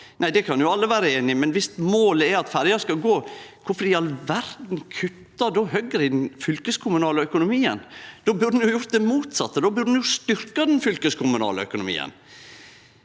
går. Det kan jo alle vere einige i, men om målet er at ferja skal gå, kvifor i all verda kuttar Høgre i den fylkeskommunale økonomien? Då burde ein ha gjort det motsette. Då burde ein ha styrkt den fylkeskommunale økonomien.